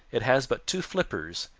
it has but two flippers,